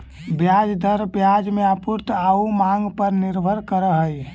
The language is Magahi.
ब्याज दर बाजार में आपूर्ति आउ मांग पर निर्भर करऽ हइ